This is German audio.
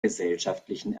gesellschaftlichen